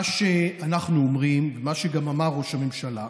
מה שאנחנו אומרים ומה שאמר גם ראש הממשלה,